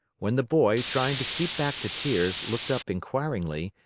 when the boy, trying to keep back the tears, looked up inquiringly,